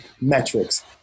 metrics